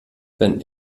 wenn